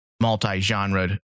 multi-genre